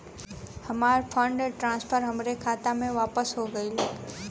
हमार fund transfer हमरे खाता मे वापस हो गईल